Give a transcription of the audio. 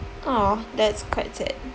!aww! that's quite sad